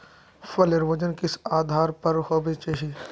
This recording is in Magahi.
फसलेर वजन किस आधार पर होबे चही?